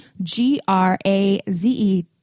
G-R-A-Z-E